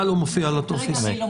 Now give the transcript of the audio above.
מה לא מופיע בטופס?